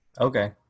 okay